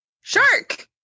Shark